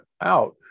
out